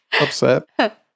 Upset